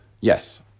Yes